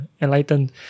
enlightened